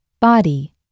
Body